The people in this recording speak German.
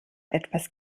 etwas